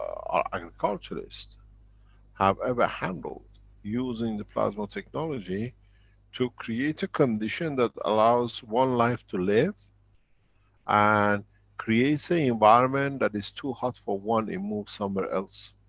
our agriculturists have ever handled using the plasma technology to create a condition that allows one life to live and creates an environment that is too hot for one, it moves somewhere else?